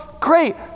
great